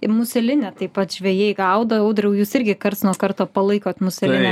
į muselinę taip pat žvejai gaudo audriau jūs irgi karts nuo karto palaikot muselinę